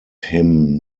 him